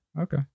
Okay